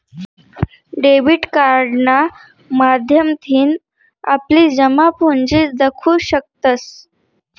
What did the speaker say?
debit कार्डना माध्यमथीन आपली जमापुंजी दखु शकतंस